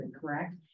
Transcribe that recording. correct